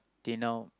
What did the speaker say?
till now